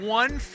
one